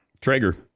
Traeger